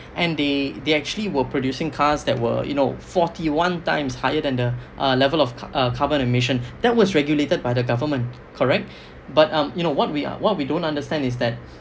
and they they actually were producing cars that were you know forty one times higher than uh level of uh carbon emission that was regulated by the government correct but um you know what we what we don't understand is that